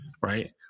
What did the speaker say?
right